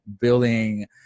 building –